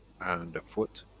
and a foot.